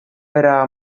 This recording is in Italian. era